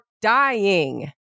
dying